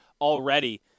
already